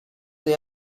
they